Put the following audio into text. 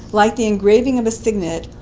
like the engraving of a signet,